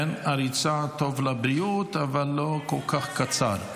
כן, הריצה טובה לבריאות, אבל לא כל כך קצרה.